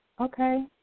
Okay